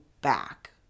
back